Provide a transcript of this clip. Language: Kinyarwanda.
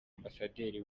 ambasaderi